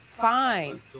fine